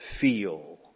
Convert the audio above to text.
feel